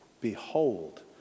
Behold